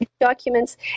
documents